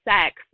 sex